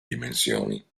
dimensioni